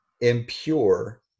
impure